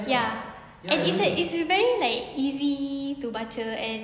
ya and it's a it's very like easy to baca and